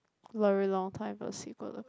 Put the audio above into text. very long time for sequel to comd